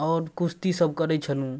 आओर कुश्तीसब करै छलहुँ